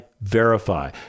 verify